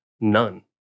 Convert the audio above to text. none